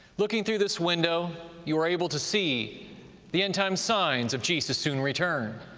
looking through this window you are able to see the end-time signs of jesus' soon return.